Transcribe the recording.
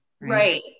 Right